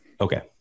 Okay